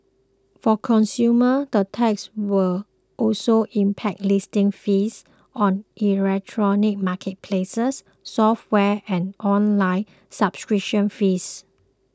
for consumers the tax will also impact listing fees on electronic marketplaces software and online subscription fees